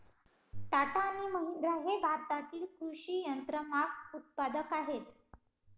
टाटा आणि महिंद्रा हे भारतातील कृषी यंत्रमाग उत्पादक आहेत